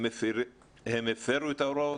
הם הפרו את ההוראות?